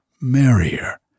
merrier